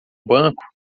banco